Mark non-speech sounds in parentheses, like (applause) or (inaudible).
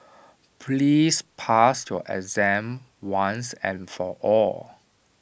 (noise) please pass your exam once and for all